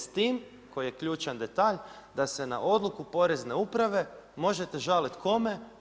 S time, koji je ključan detalj, da se na odluku porezne uprave, možete žaliti kome?